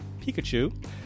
Pikachu